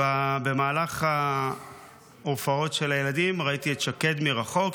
במהלך ההופעות של הילדים ראיתי את שקד מרחוק.